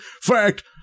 fact